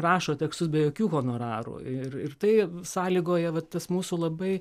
rašo tekstus be jokių honorarų ir ir tai sąlygoja va tas mūsų labai